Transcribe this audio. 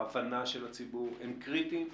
ההבנה של הציבור הם קריטיים.